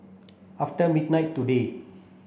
after midnight today